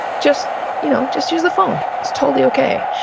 just you know just use the phone, it's totally okay.